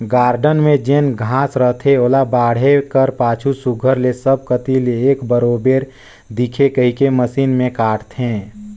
garden में जेन घांस रहथे ओला बाढ़े कर पाछू सुग्घर ले सब कती एक बरोबेर दिखे कहिके मसीन में काटथें